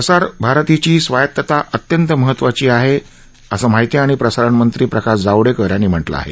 प्रसार भारतीची स्वायतता अत्यंत महत्वाची आहे असं माहिती आणि प्रसारणमंत्री प्रकाश जावडेकर यांनी म्हटलं आहे